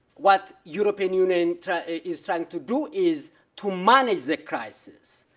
what european union is trying to do is to manage crisis.